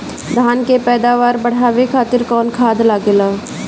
धान के पैदावार बढ़ावे खातिर कौन खाद लागेला?